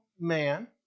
man